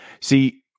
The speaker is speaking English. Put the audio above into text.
See